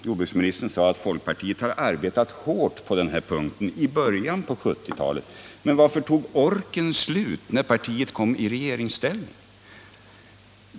Jordbruksministern sade att folkpartiet har arbetat hårt på denna punkt i början av 1970-talet. Men varför tog orken slut när partiet kom i regeringsställning?